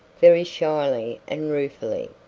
very shyly and ruefully.